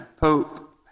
Pope